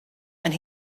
and